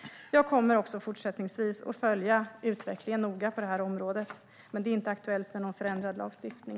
Jag kommer också fortsättningsvis att noga följa utvecklingen på det här området. Det är dock inte aktuellt med någon förändrad lagstiftning.